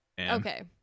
Okay